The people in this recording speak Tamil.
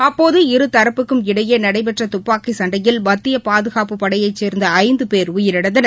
அப்போது இருதரப்புக்கும் இடையே நடைபெற்ற துப்பாக்கிச் சண்டயில் மத்திய பாதுகாப்புப் படையை சேர்ந்த ஐந்து பேர் உயிரிழந்தனர்